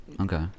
Okay